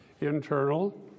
internal